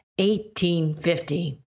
1850